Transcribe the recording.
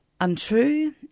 untrue